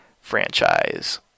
franchise